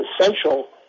essential